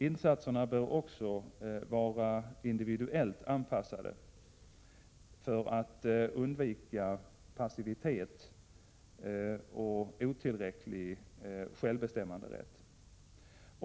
Insatserna bör också vara individuellt anpassade, för att undvika passivitet och otillräcklig självbestämmanderätt.